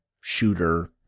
shooter